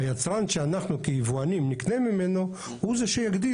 היצרן שאנחנו כיבואנים נקנה ממנו, הוא זה שיגדיר.